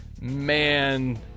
man